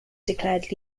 declared